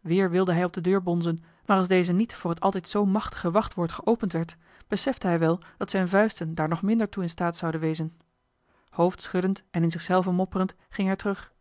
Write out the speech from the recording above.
weer wilde hij op de deur bonzen maar als deze niet voor het altijd zoo machtige wachtwoord geopend werd besefte hij wel dat zijn vuisten daar nog minder toe in staat zouden wezen hoofdschuddend en in zichzelven mopperend ging hij terug